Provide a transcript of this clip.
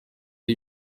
ari